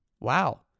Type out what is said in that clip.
Wow